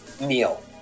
meal